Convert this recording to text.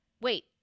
Wait